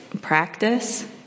practice